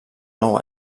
nou